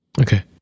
Okay